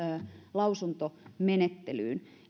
lausuntomenettelyyn